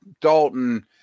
Dalton